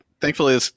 thankfully